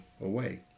away